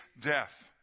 death